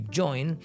join